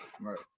Right